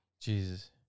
Jesus